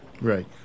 right